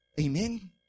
Amen